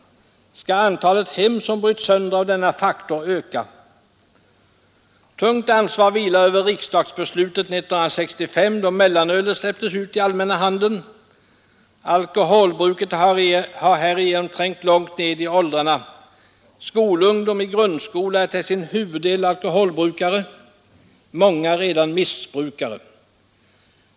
Skall antalet hem som bryts sönder av denna orsak öka? Tungt ansvar vilar över riksdagsbeslutet 1965, då mellanölet släpptes ut i allmänna handeln. Alkoholmissbruket har härigenom trängt långt ner i åldrarna. Ungdomen i grundskolan är till huvuddelen alkolbrukare, många rena missbrukare.